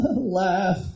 laugh